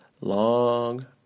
long